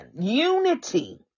unity